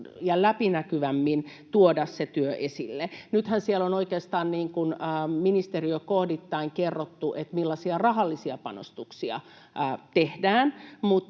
ja läpinäkyvämmin tuomaan se työ esille. Nythän siellä on oikeastaan ministeriökohdittain kerrottu, millaisia rahallisia panostuksia tehdään,